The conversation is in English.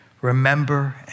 remember